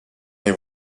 nie